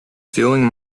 feeling